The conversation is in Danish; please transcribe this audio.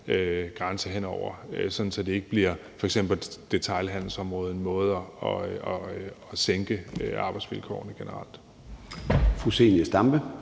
grænse, sådan at det ikke på f.eks. detailhandelsområdet bliver en måde at sænke arbejdsvilkårene generelt.